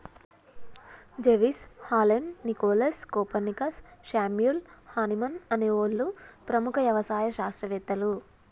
జెవిస్, Haldane, Nicholas, Copernicus, Samuel Hahnemann అనే ఓళ్ళు ప్రముఖ యవసాయ శాస్త్రవేతలు